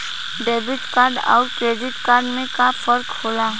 Debit card अउर credit card में का फर्क होला?